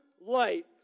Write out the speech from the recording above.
light